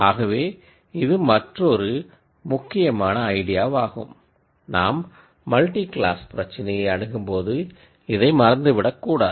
ஆகவே இது மற்றொரு முக்கியமான ஐடியாவாகும் நாம் மல்டி கிளாஸ் பிரச்சினையை அணுகும்போது இதை மறந்துவிடக்கூடாது